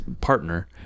partner